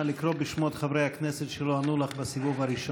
נא לקרוא בשמות חברי הכנסת שלא ענו לך בסיבוב הראשון.